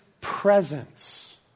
presence